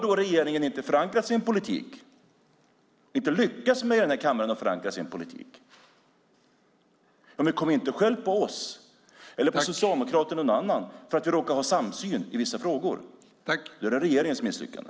Om regeringen inte har lyckats förankra sin politik i kammaren ska ni inte skylla på oss eller Socialdemokraterna eller någon annan för att vi råkar ha en samsyn i vissa frågor. Det är regeringens misslyckande.